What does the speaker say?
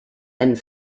and